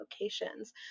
locations